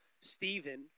Stephen